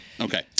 Okay